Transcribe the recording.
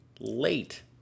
late